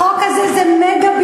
החוק הזה זה מגה-ביזיון,